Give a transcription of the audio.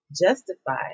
justify